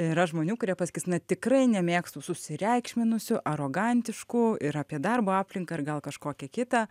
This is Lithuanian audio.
yra žmonių kurie pasakys na tikrai nemėgstu susireikšminusių arogantiškų ir apie darbo aplinką ir gal kažkokią kitą